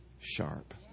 sharp